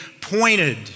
pointed